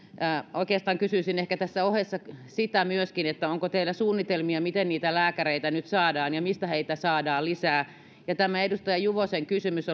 oikeastaan kysyisin ehkä tässä ohessa myöskin sitä onko teillä suunnitelmia miten niitä lääkäreitä nyt saadaan ja mistä heitä saadaan lisää oli erittäin oleellinen tämä edustaja juvosen kysymys